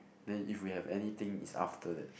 then if we have anything it's after that